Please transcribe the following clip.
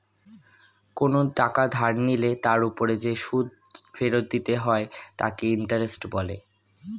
কোনো টাকা ধার নিলে তার উপর যে সুদ ফেরত দিতে হয় তাকে ইন্টারেস্ট বলে